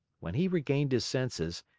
when he regained his senses,